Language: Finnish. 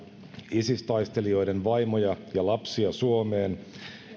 isis taistelijoiden vaimoja ja lapsia suomeen